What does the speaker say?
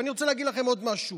ואני רוצה להגיד לכם עוד משהו.